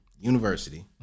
University